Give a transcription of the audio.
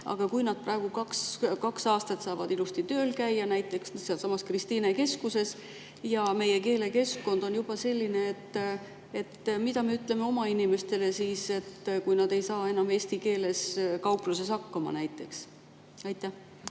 Aga kui nad kaks aastat saavad ilusti tööl käia, näiteks sealsamas Kristiine Keskuses, ja meie keelekeskkond on juba selline? Mida me ütleme oma inimestele, kui nad ei saa enam eesti keeles kaupluses hakkama, näiteks? Aitäh